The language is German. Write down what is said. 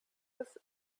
ist